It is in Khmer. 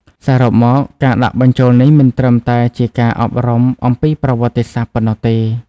សរុបមក ការដាក់បញ្ចូលនេះមិនត្រឹមតែជាការអប់រំអំពីប្រវត្តិសាស្ត្រប៉ុណ្ណោះទេ។